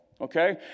okay